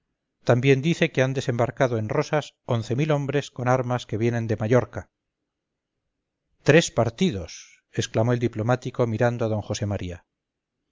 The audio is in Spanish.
también dice que han desembarcado en rosas hombres con armas que vienen de mallorca tres partidos exclamó el diplomático mirando a d josé maría